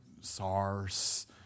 SARS